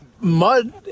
Mud